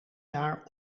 jaar